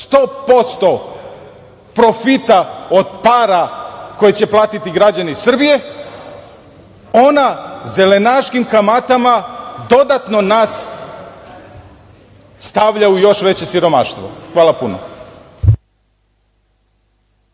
posto profita od para koje platiti građani Srbije, a ona zelenaškim kamatama dodatno nas stavlja u još veće siromaštvo. Hvala puno.